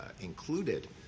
included